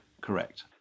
correct